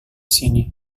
sini